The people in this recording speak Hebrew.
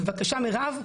בבקשה מירב,